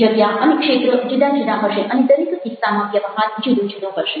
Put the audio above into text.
જગ્યા અને ક્ષેત્ર જુદા જુદા હશે અને દરેક કિસ્સામાં વ્યવહાર જુદો જુદો હશે